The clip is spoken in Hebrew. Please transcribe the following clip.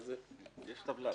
יש טבלה.